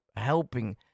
helping